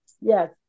Yes